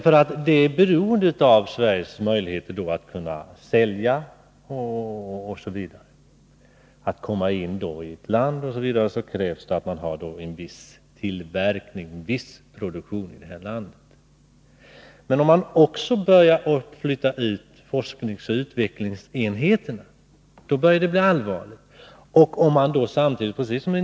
För att Sverige skall kunna sälja, för att man skall komma in i ett land osv., krävs det att man har en viss produktion i det landet. Men om man också börjar flytta ut forskningsoch utvecklingsenheterna, då börjar det bli allvarligt.